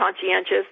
conscientious